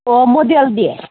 ꯑꯣ ꯃꯣꯗꯦꯜꯗꯤ